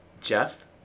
Jeff